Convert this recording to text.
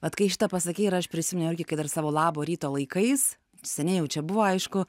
vat kai šitą pasakei ir aš prisiminiau irgi kai dar savo labo ryto laikais seniai jau čia buvo aišku